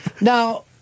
Now